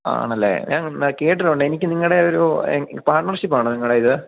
ആണല്ലേ ഞാൻ എന്നാൽ കേട്ടിട്ടുണ്ട് എനിക്ക് നിങ്ങളുടെ ഒരു പാർട്ണർഷിപ്പ് ആണോ നിങ്ങളുടെ ഇത്